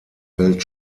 welt